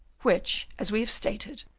which, as we have stated,